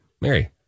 Mary